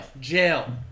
Jail